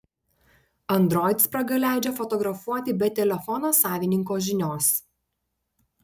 android spraga leidžia fotografuoti be telefono savininko žinios